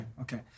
Okay